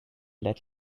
let